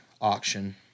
auction